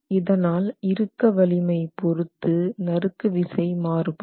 இதனால் இறுக்க வலிமை பொறுத்து நறுக்கு விசை மாறுபடும்